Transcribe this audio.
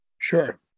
Sure